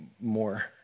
more